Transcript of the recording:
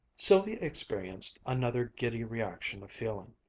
sylvia experienced another giddy reaction of feeling.